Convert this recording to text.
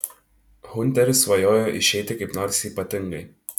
hunteris svajojo išeiti kaip nors ypatingai